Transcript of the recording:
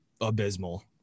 abysmal